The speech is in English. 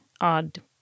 odd